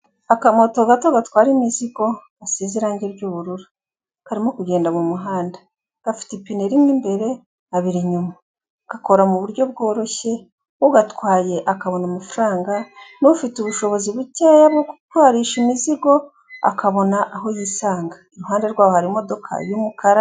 Akamoto gato gatwara imizigo gasize irangi ry'ubururu, karimo kugenda mu muhanda, gafite ipine rimwe imbere, abiri inyuma, gakora mu buryo bworoshye, ugatwaye akabona amafaranga n'ufite ubushobozi bukeya bwo gutwarisha imizigo akabona aho yisanga, iruhande rwaho hari imodoka y'umukara.